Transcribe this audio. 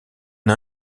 une